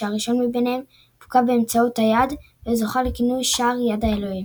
כשהראשון מביניהם מובקע באמצעות היד וזוכה לכינוי "שער יד האלוהים".